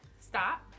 stop